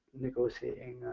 negotiating